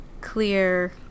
clear